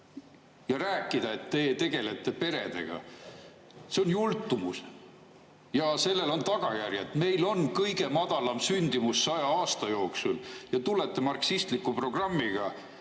Ja rääkida, et te tegelete peredega – see on jultumus. Sellel on tagajärjed. Meil on kõige madalam sündimus 100 aasta jooksul. Ja te tulete marksistliku programmiga